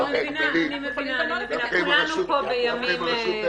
אנחנו לא מבינים את הסעיף הזה.